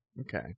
Okay